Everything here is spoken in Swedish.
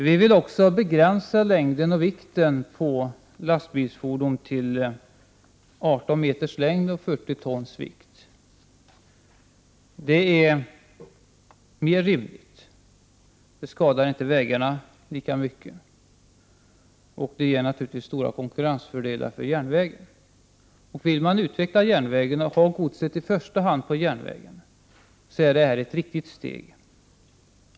Vi vill också begränsa längden på lastbilsfordon till 18 meter och vikten till 40 ton. Det är en mer rimlig storlek. Det skadar inte heller vägarna lika mycket och det medför naturligtvis stora konkurrensfördelar för järnvägen. Vill man utveckla järnvägen och i första hand transportera gods med tåg, så är detta ett riktigt steg.